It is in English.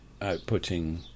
outputting